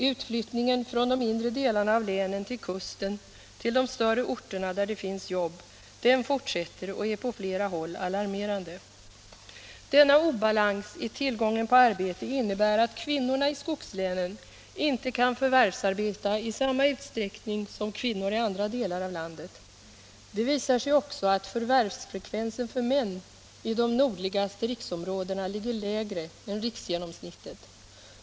Utflyttningen från de inre delarna av länen till kusten, till de större orterna där det finns jobb, fortsätter och är på flera håll alarmerande. Denna obalans i tillgången på arbete innebär att kvinnorna i skogslänen inte kan förvärvsarbeta i samma utsträckning som kvinnor i andra delar av landet. Det visar sig också att förvärvsfrekvensen för män i de nordligaste riksområdena ligger lägre än riksgenomsnittet.